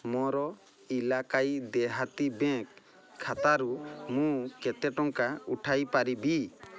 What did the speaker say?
ମୋର ଇଲାକାଈ ଦେହାତୀ ବ୍ୟାଙ୍କ୍ ଖାତାରୁ ମୁଁ କେତେ ଟଙ୍କା ଉଠାଇ ପାରିବି